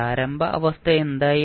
പ്രാരംഭ അവസ്ഥ എന്തായിരുന്നു